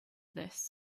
this